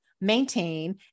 maintain